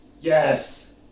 Yes